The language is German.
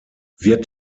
wird